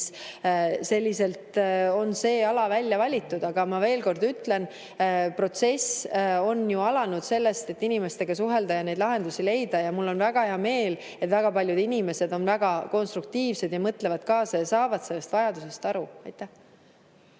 Selliselt on see ala välja valitud. Aga ma veel kord ütlen, et protsess on alanud sellest, et inimestega suhelda ja neid lahendusi leida. Ja mul on väga hea meel, et väga paljud inimesed on väga konstruktiivsed, mõtlevad kaasa ja saavad sellest vajadusest aru. Aitäh!